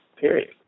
period